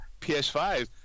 PS5